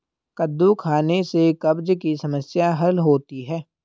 कद्दू खाने से कब्ज़ की समस्याए हल होती है